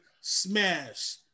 smash